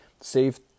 save